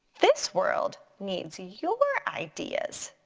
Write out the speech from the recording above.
this world needs your ideas.